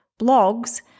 blogs